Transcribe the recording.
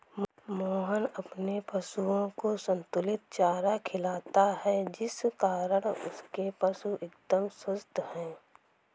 मोहन अपने पशुओं को संतुलित चारा खिलाता है जिस कारण उसके पशु एकदम स्वस्थ हैं